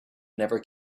never